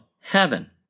heaven